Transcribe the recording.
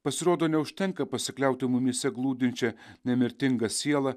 pasirodo neužtenka pasikliauti mumyse glūdinčia nemirtinga siela